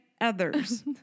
others